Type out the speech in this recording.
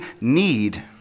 need